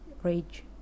rage